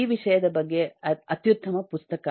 ಈ ವಿಷಯದ ಬಗ್ಗೆ ಬರೆದ ಅತ್ಯುತ್ತಮ ಪುಸ್ತಕ